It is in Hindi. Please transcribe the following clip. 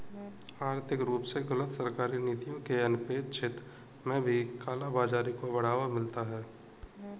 आर्थिक रूप से गलत सरकारी नीतियों के अनपेक्षित में भी काला बाजारी को बढ़ावा मिलता है